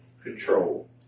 Control